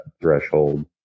threshold